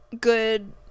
good